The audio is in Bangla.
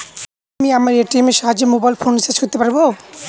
আমি আমার এ.টি.এম এর সাহায্যে মোবাইল ফোন রিচার্জ করতে পারব?